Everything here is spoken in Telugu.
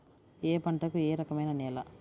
ఏ పంటకు ఏ రకమైన నేల?